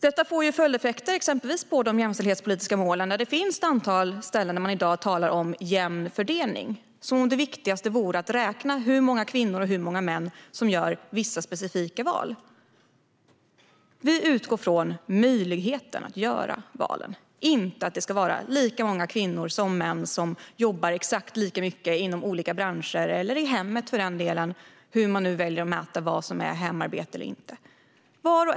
Detta får följdeffekter, exempelvis på de jämställdhetspolitiska målen där man i dag på ett antal ställen talar om jämn fördelning, som om det viktigaste vore att räkna hur många kvinnor och hur många män som gör vissa specifika val. Vi utgår från möjligheterna att göra valen, inte att det ska vara lika många kvinnor och män som jobbar exakt lika mycket inom olika branscher, eller i hemmet för den delen - hur man nu väljer att mäta vad som är hemarbete eller inte.